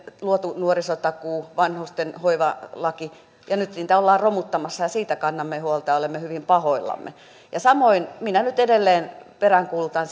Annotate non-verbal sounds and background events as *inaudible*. luotu nuorisotakuu vanhustenhoivalaki mutta nyt niitä ollaan romuttamassa ja siitä kannamme huolta ja olemme hyvin pahoillamme ja samoin minä nyt edelleen peräänkuulutan *unintelligible*